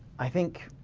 i think,